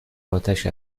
آتش